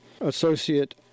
associate